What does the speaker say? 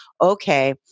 okay